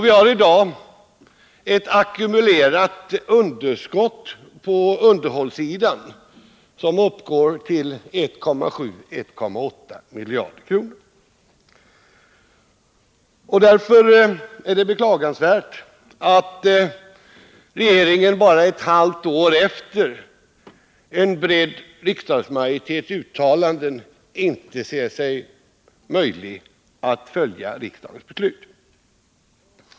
Vi har i dag ett ackumulerat underskott på underhållssidan på 1,7 å 1,8 miljarder kronor. Därför är det beklagligt att regeringen bara ett halvt år efter en bred riksdagsmajoritets uttalanden inte anser det möjligt att följa riksdagens beslut.